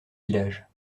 villages